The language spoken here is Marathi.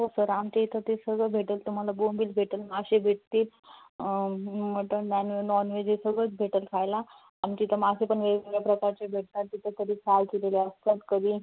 हो सर आमच्या इथं ते सगळं भेटंल तुम्हाला बोंबील भेटंल मासे भेटतील मटण आणि नॉनवेजे आहे सगळंच भेटंल खायला आमच्या इथं मासे पण वेगवेगळ्या प्रकारचे भेटतात त्याच्यात कधी फ्राय केलेले असतात कधी